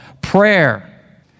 Prayer